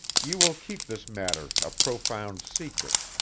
you will keep this matter a profound secret.